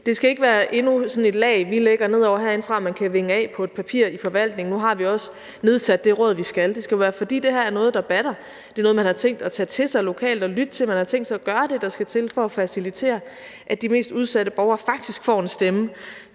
Det skal ikke være endnu et lag, vi lægger ned over det herindefra, og som man kan vinge af på et papir i forvaltningen, altså at nu har vi også nedsat det råd, vi skal. Det skal være, fordi det her er noget, der batter; fordi det er noget, man har tænkt at tage til sig lokalt og lytte til; fordi man har tænkt sig at gøre det, der skal til, for at facilitere, at de mest udsatte borgere faktisk får en stemme